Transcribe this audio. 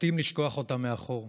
נוטים לשכוח אותם מאחור.